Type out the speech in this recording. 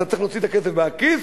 אתה צריך להוציא את הכסף מהכיס,